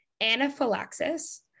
anaphylaxis